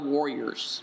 Warriors